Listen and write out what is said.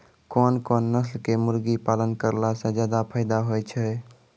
कोन कोन नस्ल के मुर्गी पालन करला से ज्यादा फायदा होय छै?